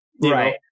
right